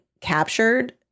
captured